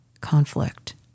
conflict